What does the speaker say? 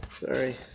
sorry